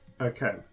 Okay